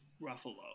Ruffalo